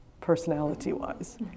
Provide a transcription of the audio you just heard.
personality-wise